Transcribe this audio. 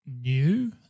new